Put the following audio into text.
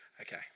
Okay